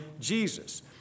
Jesus